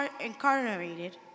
incarnated